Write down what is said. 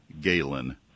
Galen